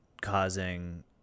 causing